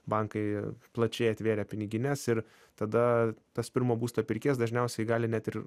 bankai plačiai atvėrę pinigines ir tada tas pirmo būsto pirkėjas dažniausiai gali net ir